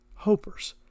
hopers